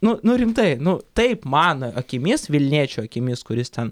nu nu rimtai nu taip mano akimis vilniečio akimis kuris ten